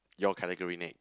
your category next